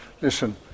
listen